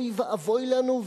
אוי ואבוי לנו,